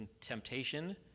temptation